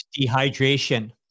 dehydration